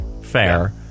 fair